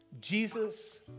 Jesus